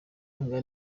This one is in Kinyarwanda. imbwa